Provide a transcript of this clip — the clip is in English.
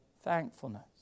thankfulness